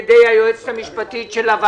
אחד סעיף 3 אושר.